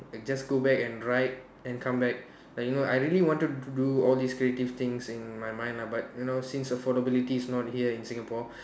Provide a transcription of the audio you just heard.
like just go back and ride and come back like you know I really wanted to do all these creative things in my mind lah but you know since affordability is not here in Singapore